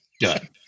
Done